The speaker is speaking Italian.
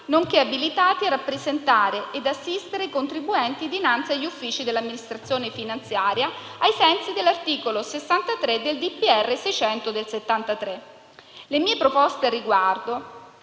nonché abilitati a rappresentare e assistere i contribuenti dinanzi agli uffici dell'amministrazione finanziaria, ai sensi dell'articolo 63 del decreto del Presidente della